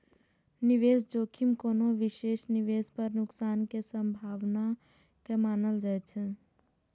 निवेश जोखिम कोनो विशेष निवेश पर नुकसान के संभावना के मानल जाइ छै